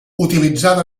utilitzada